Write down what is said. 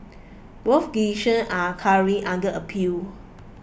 both decision are currently under appeal